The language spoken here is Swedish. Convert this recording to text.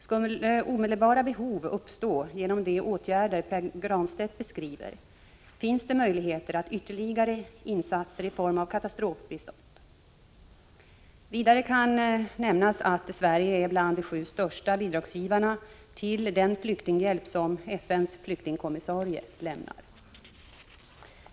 Skulle omedelbara behov uppstå genom de åtgärder Pär Granstedt beskriver, finns det möjligheter till ytterligare insatser i form av katastrofbistånd. Vidare kan nämnas att Sverige är bland de sju största bidragsgivarna till den flyktinghjälp som FN:s flyktingkommissarie lämnar.